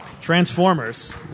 Transformers